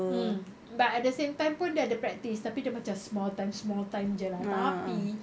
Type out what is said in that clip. mm but at the same time dia ada practice dia macam small time small time jer lah tapi